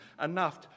enough